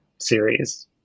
series